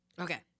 okay